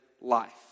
life